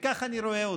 וכך אני רואה אותו.